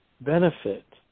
benefit